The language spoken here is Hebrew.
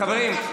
חברים,